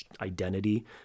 identity